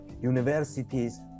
universities